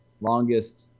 longest